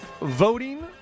voting